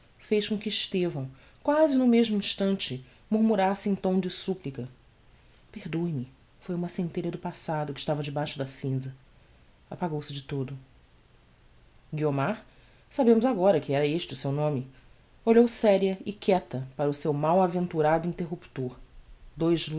fez com que estevão quasi no mesmo instante murmurasse em tom de súpplica perdoe-me foi uma scentelha do passado que estava debaixo da cinza apagou-se de todo guiomar sabemos agora que era este o seu nome olhou séria e quieta para o seu mal aventurado interruptor dous